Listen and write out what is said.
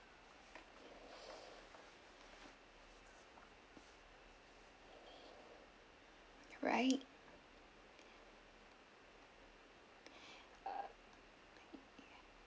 right